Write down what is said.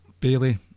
Bailey